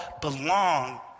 belong